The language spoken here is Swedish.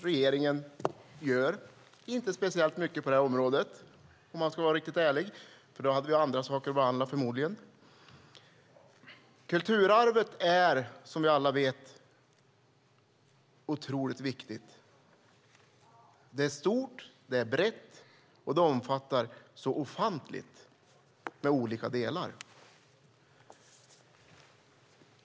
Regeringen gör inte speciellt mycket på området, om man ska vara riktigt ärligt. Då skulle vi förmodligen ha andra saker att behandla. Kulturarvet är, som vi alla vet, otroligt viktigt. Det är stort, det är brett och det omfattar ofantligt många olika delar.